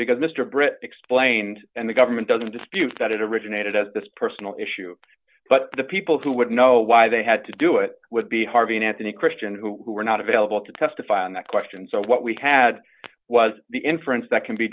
because mr brit explained and the government doesn't dispute that it originated as this personal issue but the people who would know why they had to do it would be harvey and anthony christian who were not available to testify on that question so what we had was the inference that can be